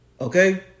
Okay